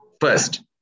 first